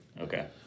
Okay